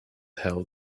held